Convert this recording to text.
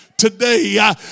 today